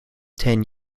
ten